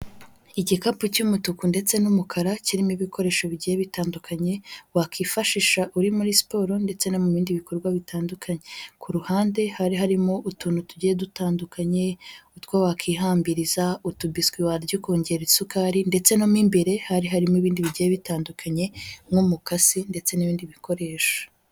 Igikapu cy'umutuku ndetse n'umukara, kirimo ibikoresho bigiye bitandukanye wakwifashisha uri muri siporo, ndetse no mu bindi bikorwa bitandukanye, ku ruhande hari harimo utuntu tugiye dutandukanye, utwo wakwihambiriza utubiswi warya kugirango wongera isukari, ndetse n'imbere hari harimo ibindi bigiye bitandukanye, nk'umukasi, ndetse n'ibindi bikoresho.